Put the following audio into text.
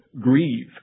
grieve